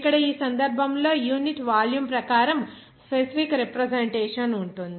ఇక్కడ ఈ సందర్భంలో యూనిట్ వాల్యూమ్ ప్రకారం స్పెసిఫిక్ రిప్రజెంటేషన్ ఉంటుంది